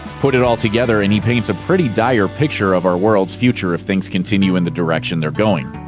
put it all together, and he paints a pretty dire picture of our world's future if things continue in the direction they're going.